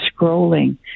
scrolling